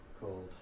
called